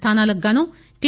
స్థానాలకుగాను T